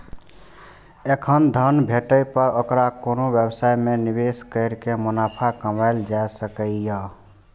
एखन धन भेटै पर ओकरा कोनो व्यवसाय मे निवेश कैर के मुनाफा कमाएल जा सकैए